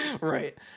right